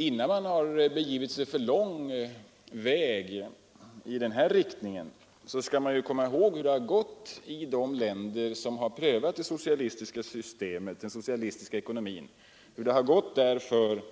Innan man har begivit sig alltför lång väg i den riktningen bör man komma ihåg hur det har gått för de anställdas medinflytande i de länder som har prövat den socialistiska ekonomin och hur det har gått för